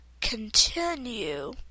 continue